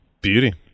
Beauty